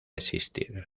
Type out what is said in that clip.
existir